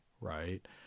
right